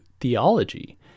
theology